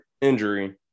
injury